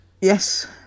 Yes